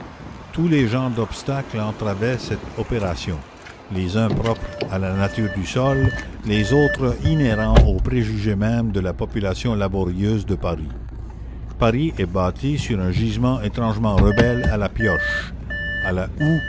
tous les genres d'obstacles entravaient cette opération les uns propres à la nature du sol les autres inhérents aux préjugés mêmes de la population laborieuse de paris paris est bâti sur un gisement étrangement rebelle à la pioche à la